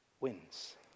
wins